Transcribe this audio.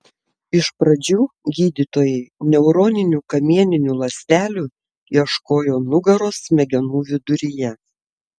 iš pradžių gydytojai neuroninių kamieninių ląstelių ieškojo nugaros smegenų viduryje